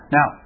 Now